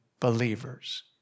Believers